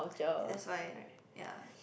that's why ya